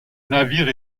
navire